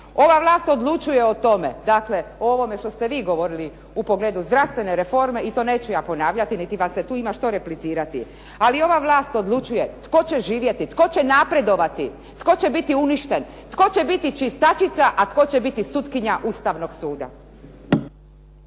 Ova vlast odlučuje o tome, dakle o ovome što ste vi govorili u pogledu zdravstvene reforme i to neću ja ponavljati, niti vas se tu ima što replicirati. Ali ova vlas odlučuje tko će živjeti, tko će napredovati, tko će biti uništen, tko će biti čistačica, a tko će biti sutkinja Ustavnog suda.